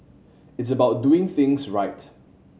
it's about doing things right